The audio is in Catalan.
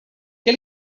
què